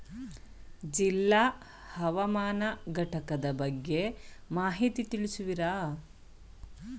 ಜಿಲ್ಲಾ ಹವಾಮಾನ ಘಟಕದ ಬಗ್ಗೆ ಮಾಹಿತಿ ತಿಳಿಸುವಿರಾ?